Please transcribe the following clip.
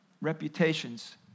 Reputations